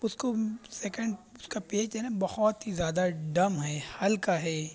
اس کو سکنڈ اس کا پیج جو ہے نا بہت ہی زیادہ ڈم ہے ہلکا ہے